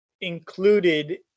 included